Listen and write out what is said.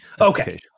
Okay